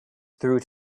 through